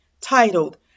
titled